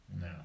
No